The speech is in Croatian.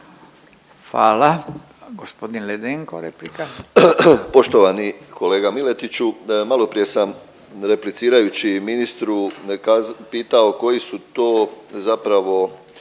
Hvala. Gospodin Ledenko replika.